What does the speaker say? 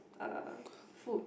uh food